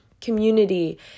community